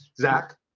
Zach